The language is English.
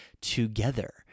together